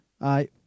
Aye